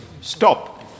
Stop